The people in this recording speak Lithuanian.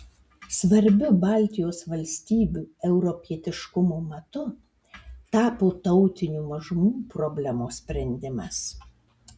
svarbiu baltijos valstybių europietiškumo matu tapo tautinių mažumų problemos sprendimas